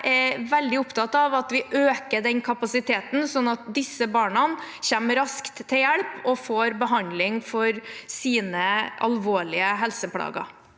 jeg er veldig opptatt av at vi øker den kapasiteten, slik at disse barna kommer raskt til, og får hjelp og behandling for sine alvorlige helseplager.